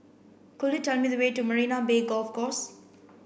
could you tell me the way to Marina Bay Golf Course